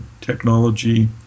technology